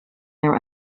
their